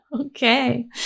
Okay